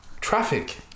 traffic